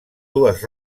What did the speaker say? dues